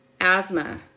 Asthma